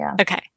Okay